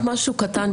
משהו קטן,